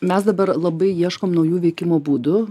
mes dabar labai ieškom naujų veikimo būdų